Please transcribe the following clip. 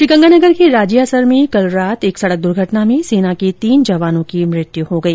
श्रीगंगानगर के राजियासर में कल रात एक सड़क दुर्घटना में सेना के तीन जवानो की मृत्यु हो गई